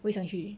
我也想去